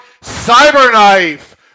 Cyberknife